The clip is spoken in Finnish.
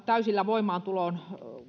täysillä voimaantulon